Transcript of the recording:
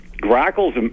grackles